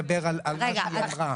לא הוא רוצה לדבר על מה שהיא אמרה.